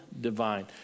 divine